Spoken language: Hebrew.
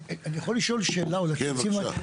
בבקשה.